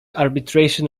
arbitration